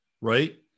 Right